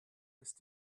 ist